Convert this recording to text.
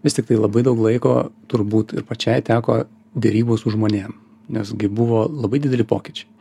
vis tiktai labai daug laiko turbūt ir pačiai teko derybos su žmonėm nes gi buvo labai dideli pokyčiai